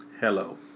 Hello